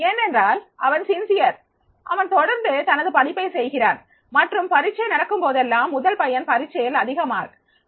ஏனென்றால் அவன் நேர்மையானவன் தனது படிப்பை செய்கிறான் மற்றும் பரீட்சை நடக்கும் போதெல்லாம் முதல் பையன் பரிட்சையில் அதிக மதிப்பெண் வாங்குகிறான்